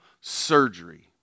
surgery